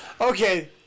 Okay